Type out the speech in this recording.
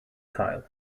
tile